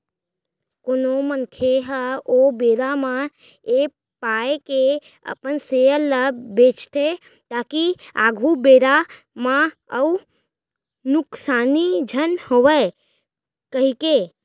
कोनो मनखे ह ओ बेरा म ऐ पाय के अपन सेयर ल बेंचथे ताकि आघु बेरा म अउ नुकसानी झन होवय कहिके